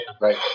right